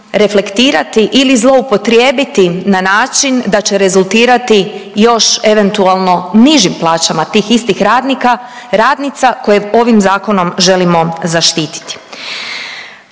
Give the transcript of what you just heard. reflektirati ili zloupotrijebiti na način da će rezultirati još eventualno nižim plaćama tih istih radnika, radnica koje ovim zakonom želimo zaštiti.